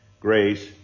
Grace